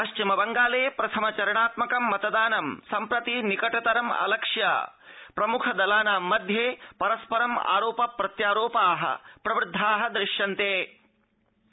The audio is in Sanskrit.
पथ्चिमबंगाले प्रथम चरणात्मक मतदान संप्रति निकट तरम आलक्ष्य प्रमुख दलानां मध्ये परस्परम् आरोप प्रत्यारोपा प्रवृद्धा दूश्यन्ते